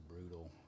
brutal